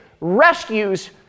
rescues